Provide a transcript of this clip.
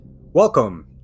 Welcome